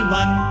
one